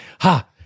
ha